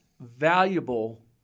valuable